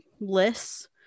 lists